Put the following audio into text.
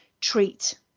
treat